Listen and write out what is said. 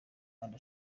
kandi